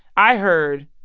i heard,